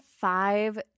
five